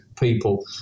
people